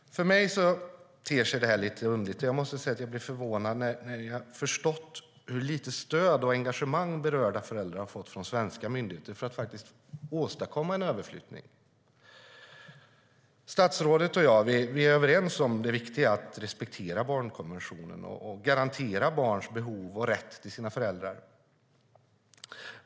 För mig ter sig detta lite underligt, och det är förvånande hur lite stöd och engagemang berörda föräldrar har fått från svenska myndigheter när det gäller att åstadkomma en överflyttning. Statsrådet och jag är överens om det viktiga i att respektera barnkonventionen och garantera barns behov och rätt till sina föräldrar.